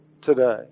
today